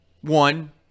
one